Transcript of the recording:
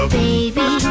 baby